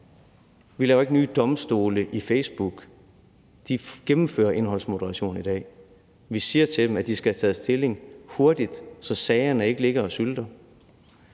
Vi laver ikke nye domstole i Facebook. De gennemfører indholdsmoderation i dag. Vi siger til dem, at de skal have taget stilling hurtigt, så sagerne ikke ligger og sylter.